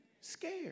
Scared